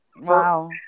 Wow